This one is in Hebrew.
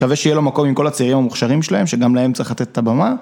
מקווה שיהיה לו מקום עם כל הצעירים המוכשרים שלהם, שגם להם צריך לתת את הבמה.